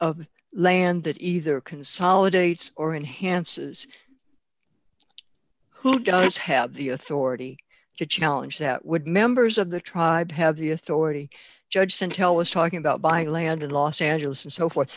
of land that either consolidates or enhances who does have the authority to challenge that would members of the tribe have the authority judge sent tell us talking about buying land in los angeles and so forth